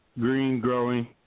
green-growing